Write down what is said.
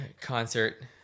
concert